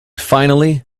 finally